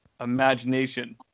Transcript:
imagination